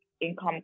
income